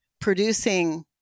producing